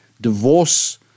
Divorce